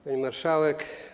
Pani Marszałek!